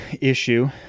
issue